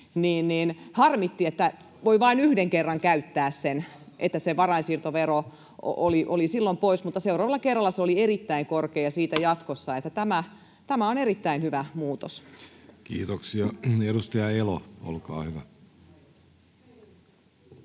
niin harmitti, että voi vain yhden kerran käyttää sen, eli se varainsiirtovero oli silloin pois, mutta se oli erittäin korkea seuraavalla kerralla ja jatkossa. Tämä on erittäin hyvä muutos. Kiitoksia. — Edustaja Elo, olkaa hyvä.